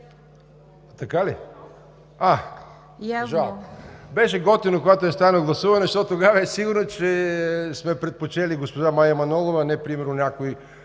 Беше готино, когато е с тайно гласуване, защото тогава е сигурно, че сме предпочели госпожа Мая Манолова, а примерно не някой